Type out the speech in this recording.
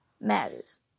matters